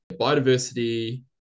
biodiversity